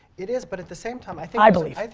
it is, but at the same time i i believe,